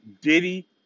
Diddy